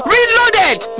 Reloaded